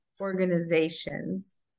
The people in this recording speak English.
organizations